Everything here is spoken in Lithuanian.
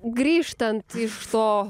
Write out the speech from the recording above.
grįžtant iš to